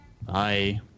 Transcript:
Bye